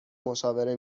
مشاوره